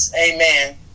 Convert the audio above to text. Amen